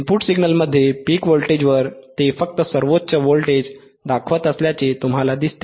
input सिग्नलमधील peak व्होल्टेजवर ते फक्त सर्वोच्च व्होल्टेज दाखवत असल्याचे तुम्हाला दिसते